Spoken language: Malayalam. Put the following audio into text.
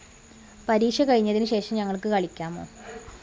പരീക്ഷ കഴിഞ്ഞതിന് ശേഷം ഞങ്ങൾക്ക് കളിക്കാമോ